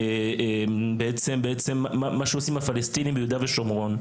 מה שעושים הפלסטינים ביהודה ושומרון,